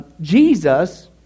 Jesus